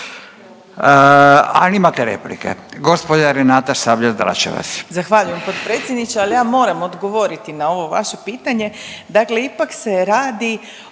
A imate replike. Gospođa Renata Sabljar-Dračevac.